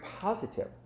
positive